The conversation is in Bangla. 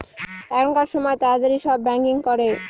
এখনকার সময় তাড়াতাড়ি সব ব্যাঙ্কিং করে